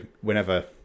whenever